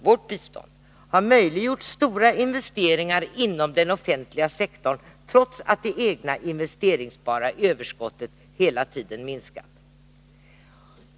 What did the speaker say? Vårt bistånd har möjliggjort stora investe 47 ringar inom den offentliga sektorn, trots att det egna investeringsbara överskottet hela tiden har minskat.